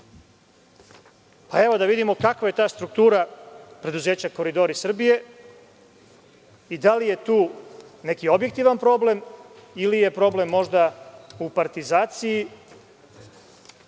problem? Da vidimo kakva je ta struktura preduzeća „Koridori Srbije“ i da li je tu neki objektivan problem ili je problem možda u partizaciji